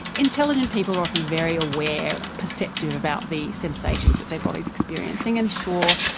intelligent people are often very aware, perceptive about the sensations that their body is experiencing, and sure,